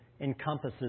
encompasses